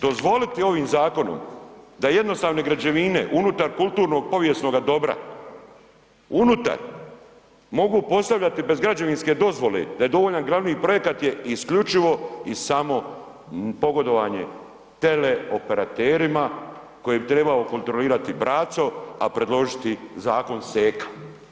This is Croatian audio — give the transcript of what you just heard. Dozvoliti ovim zakonom da jednostavne građevine unutar kulturnoga povijesnoga dobra, unutar, mogu postavljati bez građevinske dozvole, da je dovoljan glavni projekat je isključivo i samo pogodovanje teleoperaterima koje bi trebao kontrolirati braco, a predložiti zakon seka.